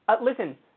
Listen